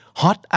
hot